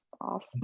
off